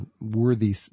worthy